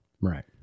Right